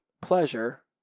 pleasure